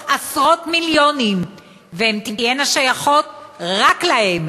עשרות-מיליונים והן תהיינה שייכות רק להם,